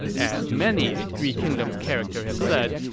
as many a three kingdoms character have said,